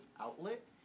outlet